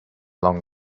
long